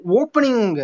opening